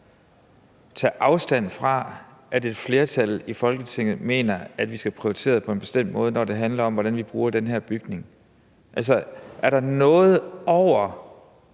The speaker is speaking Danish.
tager afstand fra, at et flertal i Folketinget mener, at vi skal prioritere på en bestemt måde, når det handler om, hvordan vi bruger den her bygning? Altså, er der noget over